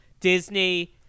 Disney